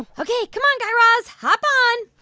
ok, come on, guy raz. hop on